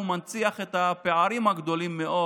הוא מנציח את הפערים הגדולים מאוד